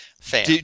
Fan